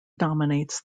dominates